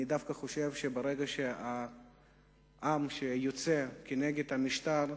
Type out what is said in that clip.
אני דווקא חושב שברגע שהעם יוצא כנגד המשטר,